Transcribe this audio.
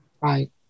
Right